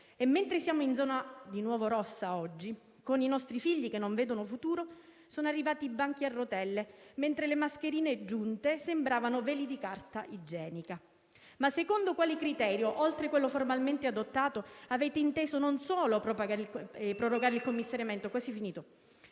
E mentre siamo in zona di nuovo rossa oggi, con i nostri figli che non vedono futuro, sono arrivati i banchi a rotelle, mentre le mascherine giunte sembravano veli di carta igienica. Ma secondo quale criterio, oltre quello formalmente adottato, avete inteso non solo prorogare il commissariamento,